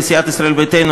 מסיעת ישראל ביתנו,